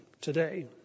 today